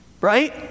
right